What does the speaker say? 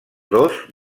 dos